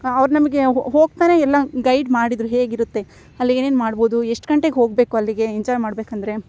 ಅವ್ರು ನಮಗೆ ಹೋಗ್ತಾನೇ ಎಲ್ಲ ಗೈಡ್ ಮಾಡಿದ್ದರು ಹೇಗಿರುತ್ತೆ ಅಲ್ಲೇನೇನು ಮಾಡ್ಬೋದು ಎಷ್ಟು ಗಂಟೆಗೆ ಹೋಗಬೇಕು ಅಲ್ಲಿಗೆ ಎಂಜಾಯ್ ಮಾಡಬೇಕಂದ್ರೆ